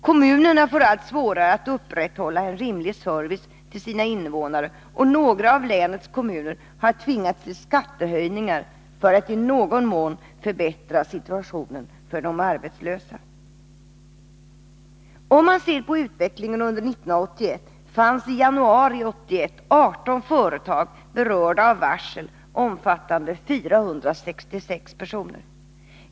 Kommunerna får allt svårare att upprätthålla en rimlig service till sina invånare, och några av länets kommuner har tvingats till skattehöjningar för att i någon mån förbättra situationen för de arbetslösa. Om man ser på utvecklingen under 1981 finner man att 18 företag var berörda av varsel i januari 1981, omfattande 466 personer.